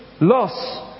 loss